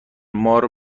مار